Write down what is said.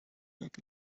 get